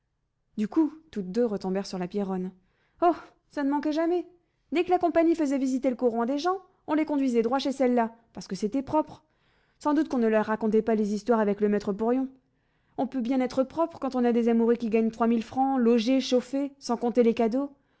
du coup toutes deux retombèrent sur la pierronne oh ça ne manquait jamais dès que la compagnie faisait visiter le coron à des gens on les conduisait droit chez celle-là parce que c'était propre sans doute qu'on ne leur racontait pas les histoires avec le maître porion on peut bien être propre quand on a des amoureux qui gagnent trois mille francs logés chauffés sans compter les cadeaux